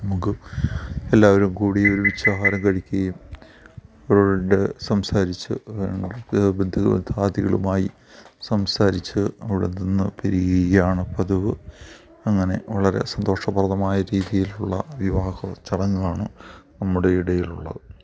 നമുക്ക് എല്ലാവരും കൂടി ഒരുമിച്ച് ആഹാരം കഴിക്കയും അവരോട് സംസാരിച്ച് ഉപാധികളുമായി സംസാരിച്ച് അവിടെ നിന്ന് പിരിയുകയാണ് പതിവ് അങ്ങനെ വളരെ സന്തോഷപ്രദമായ രീതിയിലുള്ള വിവാഹ ചടങ്ങുകളാണ് നമ്മുടെ ഇടയിലുള്ളത്